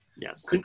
Yes